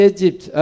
Egypt